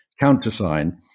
countersign